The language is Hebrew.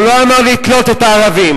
הוא לא אמר לתלות את הערבים,